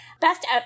best